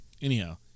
Anyhow